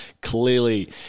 Clearly